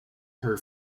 her